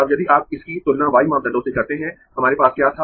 अब यदि आप इसकी तुलना y मापदंडों से करते है हमारे पास क्या था